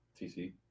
TC